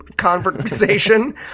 conversation